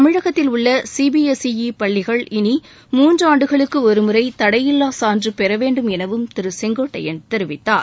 தமிழகத்தில் உள்ள சிபிஎஸ்இ பள்ளிகள் இனி மூன்றாண்டுகளுக்கு ஒருமுறை தடையில்லா சான்று பெறவேண்டும் எனவும் திரு செங்கோட்டையன் தெரிவித்தார்